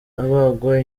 abagwa